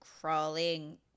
crawling